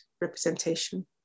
representation